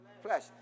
Flesh